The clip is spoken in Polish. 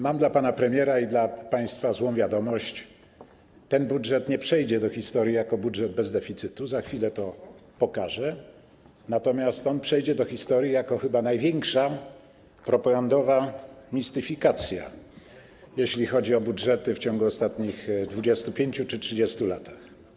Mam dla pana premiera i dla państwa złą wiadomość: ten budżet nie przejdzie do historii jako budżet bez deficytu, za chwilę to pokażę, natomiast on przejdzie do historii jako największa chyba propagandowa mistyfikacja, jeśli chodzi o budżety w ciągu ostatnich 25 czy 30 lat.